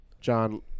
John